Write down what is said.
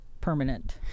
permanent